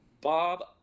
bob